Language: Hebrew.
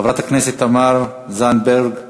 חברת הכנסת תמר זנדברג.